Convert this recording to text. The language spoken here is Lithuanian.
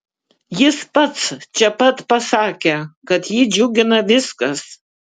jis pats čia pat pasakė kad jį džiugina viskas